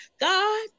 God